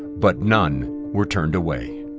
but none were turned away.